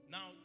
Now